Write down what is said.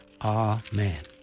Amen